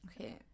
Okay